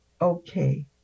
okay